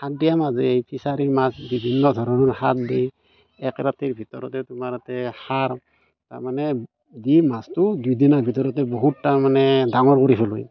সাৰ দিয়া মাছ এই ফিছাৰীৰ মাছ বিভিন্ন ধৰণৰ সাৰ দি এক ৰাতিৰ ভিতৰতে তোমাৰ তাতে সাৰ তাৰমানে দি মাছটো দুদিনৰ ভিতৰতে বহুত তাৰমানে ডাঙৰ কৰি পেলায়